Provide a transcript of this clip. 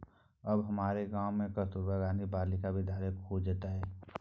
आब हमरो गाम मे कस्तूरबा गांधी बालिका विद्यालय खुजतै